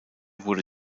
wurde